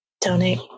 Donate